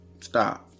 stop